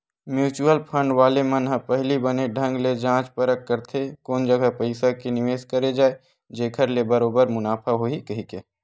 mutual fund वाले मन ह पहिली बने ढंग ले जाँच परख करथे कोन जघा पइसा के निवेस करे जाय जेखर ले बरोबर मुनाफा होही कहिके